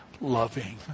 loving